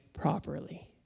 properly